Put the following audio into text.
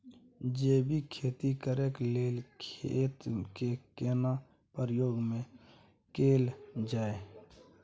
जैविक खेती करेक लैल खेत के केना प्रयोग में कैल जाय?